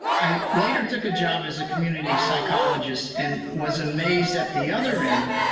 i later took a job as a community psychologist and was amazed at the other end,